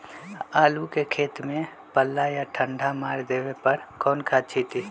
आलू के खेत में पल्ला या ठंडा मार देवे पर कौन खाद छींटी?